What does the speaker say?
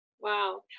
Wow